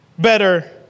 better